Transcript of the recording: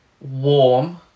warm